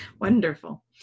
Wonderful